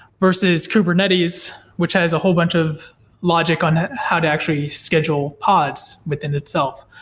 versus kubernetes, which has a whole bunch of logic on how to actually schedule pods within itself.